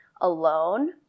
alone